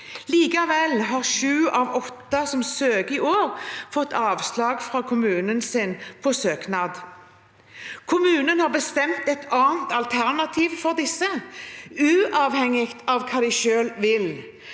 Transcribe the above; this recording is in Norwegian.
Likevel har sju av åtte som søker i år, fått avslag fra kommunen sin på søknaden. Kommunen har bestemt et annet alternativ for disse, uavhengig av hva de selv vil.